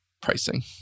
pricing